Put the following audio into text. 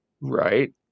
right